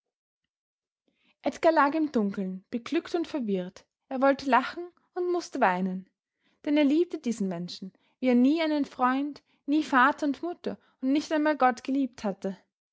lag im dunkeln beglückt und verwirrt er wollte lachen und mußte weinen denn er liebte diesen menschen wie er nie einen freund nie vater und mutter und nicht einmal gott geliebt hatte